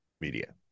media